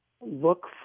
look